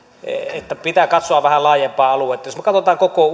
että pitää katsoa vähän laajempaa aluetta jos me katsomme koko